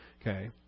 Okay